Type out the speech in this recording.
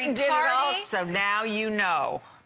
and so now you know,